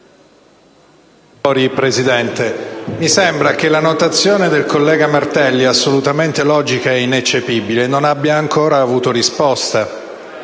Signor Presidente, mi sembra che la notazione del collega Martelli, assolutamente logica ed ineccepibile, non abbia ancora avuto risposta.